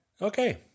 Okay